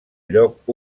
lloc